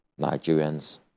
Nigerians